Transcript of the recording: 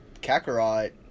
kakarot